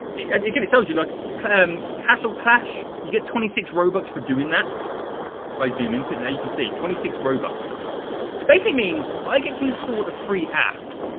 it it can it tells you like the clan castle clash you get twenty six robots for doing that? if i zoom into it there you can see twenty six, roebucks it basically means i get to install a free app